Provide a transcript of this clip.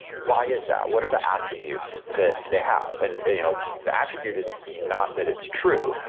why is that? what are the attributes that they have? and you know the attribute is not that it's true,